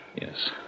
Yes